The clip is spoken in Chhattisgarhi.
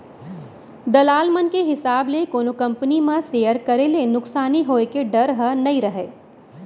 दलाल मन के हिसाब ले कोनो कंपनी म सेयर करे ले नुकसानी होय के डर ह नइ रहय